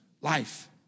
life